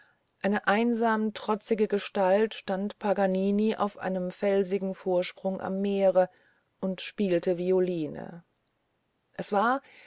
eine einsam trotzige gestalt stand paganini auf einem felsigen vorsprung am meere und spielte violine es war